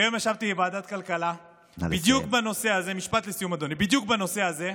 כי היום ישבתי בוועדת הכלכלה בדיוק בנושא הזה,